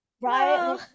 right